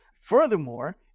Furthermore